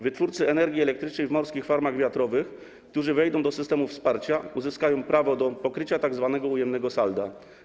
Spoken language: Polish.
Wytwórcy energii elektrycznej w morskich farmach wiatrowych, którzy wejdą do systemu wsparcia, uzyskają prawo do pokrycia tzw. ujemnego salda.